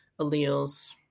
alleles